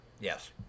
Yes